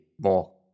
more